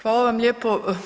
Hvala vam lijepo.